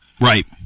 right